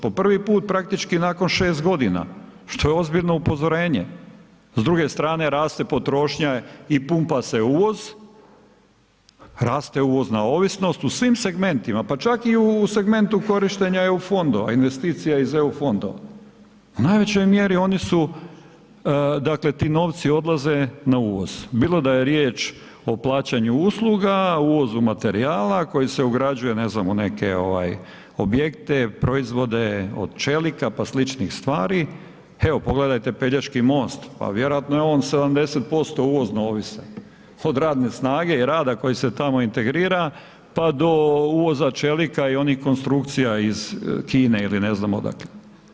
Po prvi put praktički nakon 6 g. što je ozbiljno upozorenje, s druge strane raste potrošnja i pumpa se uvoz, rate uvozna ovisnost u svim segmentima pa čak i u segmentu korištenja EU-a, investicija iz EU fondova, u najvećoj mjeri oni su dakle ti novci odlaze na uvoz, bilo da je riječ o plaćanju usluga, uvozu materijala koji se ugrađuje ne znam u neke objekte, proizvode od čelika pa sličnih stvari, evo pogledajte Pelješki most, pa vjerojatno je on 70% uvozno ovisan od radne snage i rada koji se tamo integrira pa do uvoza čelika i onih konstrukcija iz Kine ili ne znam odakle.